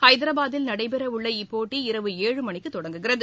ஹைதராபாதில் நடைபெறவுள்ள இப்போட்டி இரவு எழு மணிக்கு தொடங்குகிறது